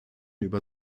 über